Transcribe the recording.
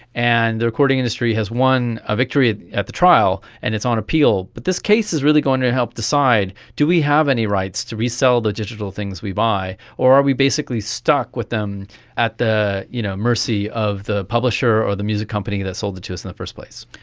and the recording industry has won a victory at at the trial and it's on appeal. but this case is really going to help decide do we have any rights to resell the digital things we buy or are we basically stuck with them at the you know mercy of the publisher or the music company that sold it to us in the first place?